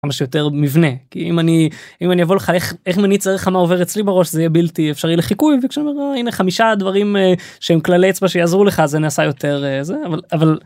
יותר מבנה כי אם אני אם אני אבוא לך איך איך אני צריך מה עובר אצלי בראש זה בלתי אפשרי לחיכוי וכשאמרה הנה חמישה דברים שהם כללי אצבע שיעזרו לך זה נעשה יותר זה אבל.